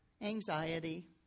Anxiety